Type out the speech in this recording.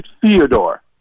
Theodore